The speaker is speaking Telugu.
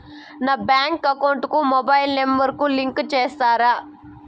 నా బ్యాంకు అకౌంట్ కు మొబైల్ నెంబర్ ను లింకు చేస్తారా?